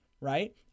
right